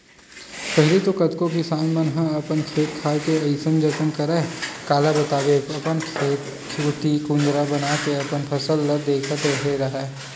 पहिली तो कतको किसान मन ह अपन खेत खार के अइसन जतन करय काला बताबे अपन खेत कोती कुदंरा बनाके अपन फसल ल देखत रेहे राहय